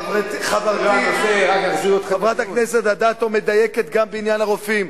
חברתי חברת הכנסת אדטו מדייקת גם בעניין הרופאים.